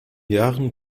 jahren